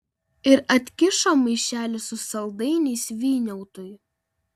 ir atkišo maišelį su saldainiais vyniautui